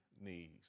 knees